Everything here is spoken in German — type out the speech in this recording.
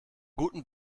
guten